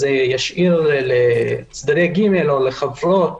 זה ישאיר לצדדי ג' או לחברות